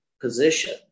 position